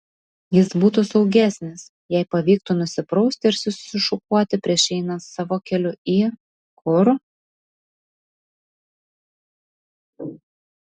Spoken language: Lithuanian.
jis būtų saugesnis jei pavyktų nusiprausti ir susišukuoti prieš einant savo keliu į kur